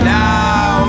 now